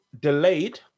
delayed